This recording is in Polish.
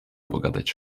pogadać